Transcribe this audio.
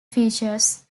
features